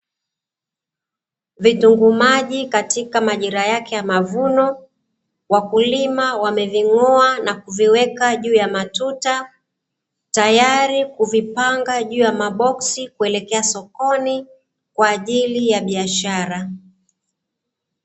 Vitunguu maji katika majira yake ya mavuno, wakulima wameving'oa na kuviweka juu ya matuta, tayari kuvipanga juu ya maboksi kuelekea sokoni, kwa ajili ya biashara.